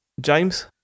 James